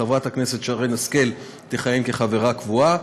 חברת הכנסת שרן השכל תכהן כחברה קבועה,